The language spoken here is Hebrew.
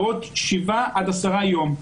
בעוד שבעה עד עשרה ימים.